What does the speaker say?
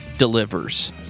delivers